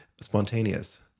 spontaneous